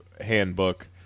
handbook